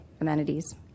amenities